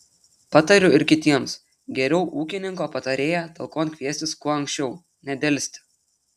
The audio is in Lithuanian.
patariu ir kitiems geriau ūkininko patarėją talkon kviestis kuo anksčiau nedelsti